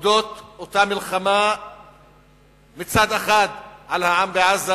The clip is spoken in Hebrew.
באותה מלחמה מצד אחד על העם בעזה,